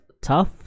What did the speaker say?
tough